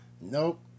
nope